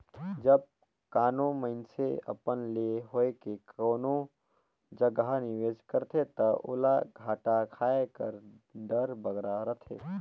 जब कानो मइनसे अपन ले होए के कोनो जगहा निवेस करथे ता ओला घाटा खाए कर डर बगरा रहथे